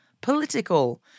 political